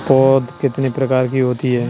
पौध कितने प्रकार की होती हैं?